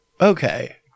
okay